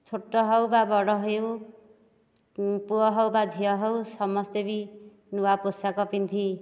ଛୋଟ ହେଉ ବା ବଡ଼ ହେଉ ପୁଅ ହେଉ ବା ଝିଅ ହେଉ ସମସ୍ତେ ବି ନୂଆ ପୋଷାକ ପିନ୍ଧି